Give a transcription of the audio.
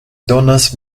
donas